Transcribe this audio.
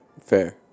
Fair